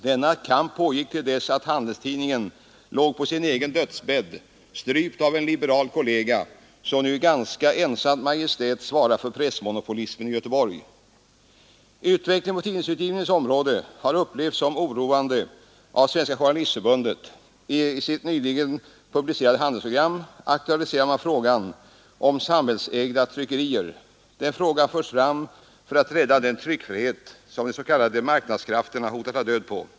Denna kamp pågick till dess att Handelstidningen låg på sin egen dödsbädd, strypt av en liberal kollega, som nu i ganska ensamt majestät svarar för pressmonopolismen i Göteborg. Utvecklingen på tidningsutgivningens område har upplevts som så oroväckande att Svenska journalistförbundet i sitt nyligen publicerade handlingsprogram aktualiserar frågan om samhällsägda tryckerier. Den frågan förs fram för att rädda den tryckfrihet som de s.k. marknadskrafterna hotar att ta död på.